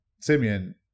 Simeon